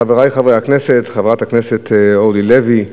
חברי חברי הכנסת, חברת הכנסת אורלי לוי,